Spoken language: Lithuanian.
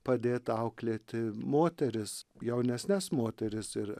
padėt auklėti moteris jaunesnes moteris ir